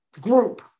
group